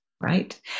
right